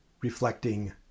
reflecting